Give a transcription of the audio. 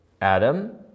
Adam